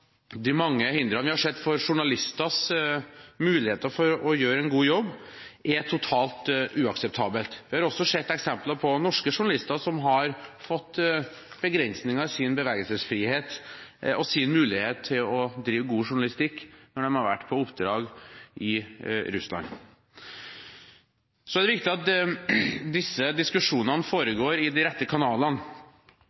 de mange hindrene vi har sett for journalisters muligheter for å gjøre en god jobb, er totalt uakseptable. Vi har også sett eksempler på norske journalister som har fått begrensninger i sin bevegelsesfrihet og sin mulighet til å drive god journalistikk når de har vært på oppdrag i Russland. Det er viktig at disse diskusjonene